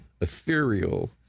ethereal